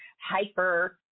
hyper